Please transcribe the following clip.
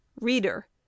reader